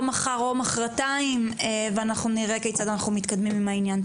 מחר או מחרותים ואנחנו נראה כיצד אנחנו מתקדמים עם העניין.